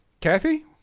kathy